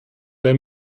der